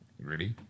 Ready